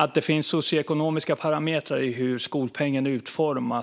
Att det finns socioekonomiska parametrar när det gäller hur skolpengen är utformad